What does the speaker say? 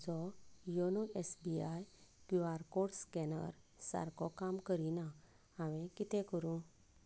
म्हजो YONO S B I Q R code scanner सारको काम करिना हांवें कितें करूं